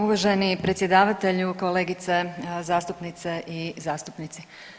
Uvaženi predsjedavatelju, kolegice zastupnice i zastupnici.